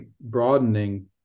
broadening